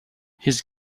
his